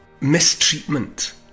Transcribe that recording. mistreatment